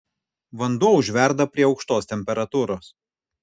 vanduo užverda prie aukštos temperatūros